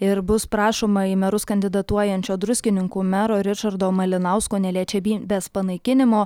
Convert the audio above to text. ir bus prašoma į merus kandidatuojančio druskininkų mero ričardo malinausko neliečiamybės panaikinimo